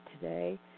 today